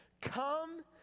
Come